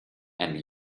and